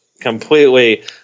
completely